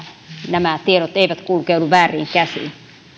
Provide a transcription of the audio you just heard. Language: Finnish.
nämä tiedot eivät kulkeudu vääriin käsiin